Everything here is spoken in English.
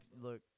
look